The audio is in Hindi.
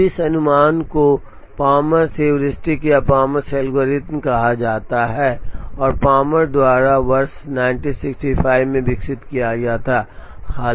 अब इस अनुमान को पामर्स हेयुरिस्टिक या पामर्स एल्गोरिथ्म कहा जाता है और पामर द्वारा वर्ष 1965 में विकसित किया गया था